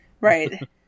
Right